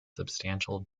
substantial